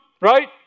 Right